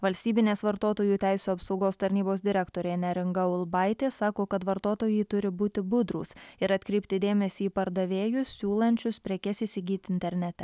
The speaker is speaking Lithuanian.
valstybinės vartotojų teisių apsaugos tarnybos direktorė neringa ulbaitė sako kad vartotojai turi būti budrūs ir atkreipti dėmesį į pardavėjus siūlančius prekes įsigyti internete